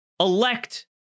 Elect